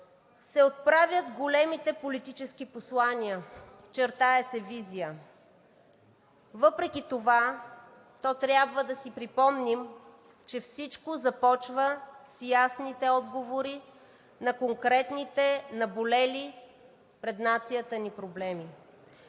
се отправят големите политически послания, чертае се визия. Въпреки това трябва да си припомним, че всичко започва с ясните отговори на конкретните наболели пред нацията ни проблеми.